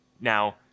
Now